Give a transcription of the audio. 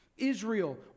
Israel